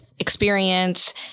Experience